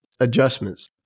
Adjustments